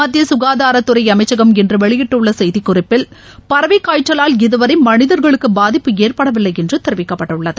மத்திய சுகாதாரத்துறை அமைச்சகம் இன்று வெளியிட்டுள்ள செய்தி குறிப்பில் பறவைக்காய்ச்சலால் இதுவரை மனிதர்களுக்கு பாதிப்பு ஏற்படவில்லை என்று தெரிவிக்கப்பட்டுள்ளது